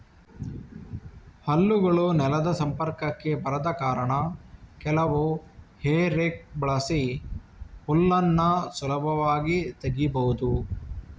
ಹಲ್ಲುಗಳು ನೆಲದ ಸಂಪರ್ಕಕ್ಕೆ ಬರದ ಕಾರಣ ಕೆಲವು ಹೇ ರೇಕ್ ಬಳಸಿ ಹುಲ್ಲನ್ನ ಸುಲಭವಾಗಿ ತೆಗೀಬಹುದು